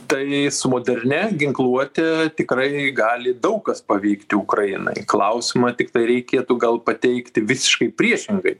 tai su modernia ginkluote tikrai gali daug kas pavykti ukrainai klausimą tiktai reikėtų gal pateikti visiškai priešingai